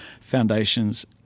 foundations